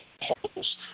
particles